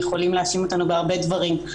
יכולים להאשים אותנו בהרבה דברים,